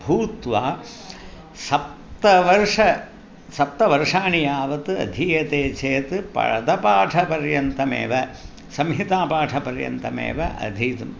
भूत्वा सप्तवर्ष सप्तवर्षाणि यावत् अधीयते चेत् पदपाठपर्यन्तमेव संहितापाठपर्यन्तमेव अधीतुम्